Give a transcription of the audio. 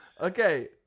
Okay